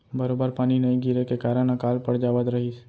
बरोबर पानी नइ गिरे के कारन अकाल पड़ जावत रहिस